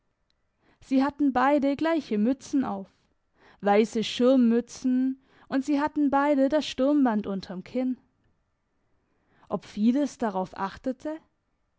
sie hatten beide gleiche mützen auf weisse schirmmützen und sie hatten beide das sturmband unterm kinn ob fides darauf achtete